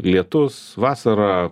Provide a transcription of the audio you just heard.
lietus vasarą